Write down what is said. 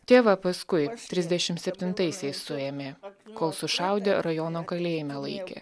tėvą paskui trisdešim septintaisiais suėmė kol sušaudė rajono kalėjime laikė